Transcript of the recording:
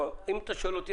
אם אתה שואל אותי,